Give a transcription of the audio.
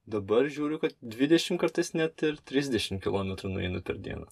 dabar žiūriu kad dvidešim kartais net ir trisdešim kilometrų nueinu per dieną